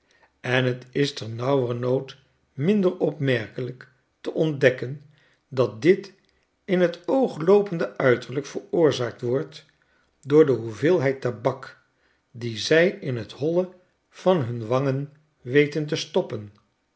en t is ternauwernood minder opmerkelijk te ontdekken dat dit in t oogloopende uiterlijk veroorzaakt wordt door de hoeveelheid tabak die zij in t holle van hun wangen weten te stopperi